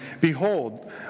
behold